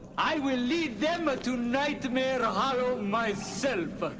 i will lead them ah to nightmare ah hollow myself!